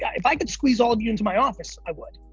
yeah if i could squeeze all of you into my office, i would.